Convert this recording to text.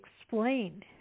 explain